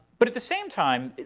but at the same time,